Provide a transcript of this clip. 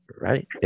right